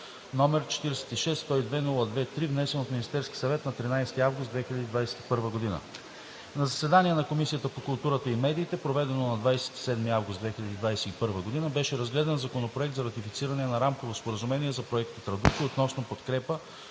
№ 46-102-02-3, внесен от Министерския съвет на 13 август 2021 г. На заседание на Комисията по културата и медиите, проведено на 27 август 2021 г., беше разгледан Законопроект за ратифициране на Рамково споразумение за Проекта „Традуки“ относно подкрепа